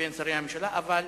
מבין שרי הממשלה, אבל